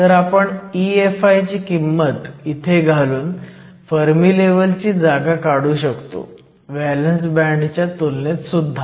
तर आपण EFi ची किंमत इथे घालून फर्मी लेव्हल ची जागा काढू शकतो व्हॅलंस बँडच्या तुलनेत सुद्धा